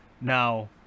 Now